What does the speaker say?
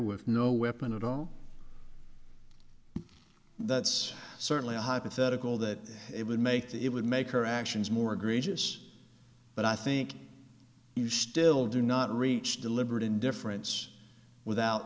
with no weapon at all that's certainly a hypothetical that it would make it would make her actions more egregious but i think you still do not reach deliberate indifference without